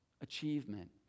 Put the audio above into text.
Achievement